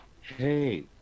Hey